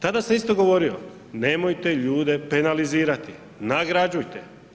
Tada se isto govorilo, nemojte ljude penalizirati, nagrađujte.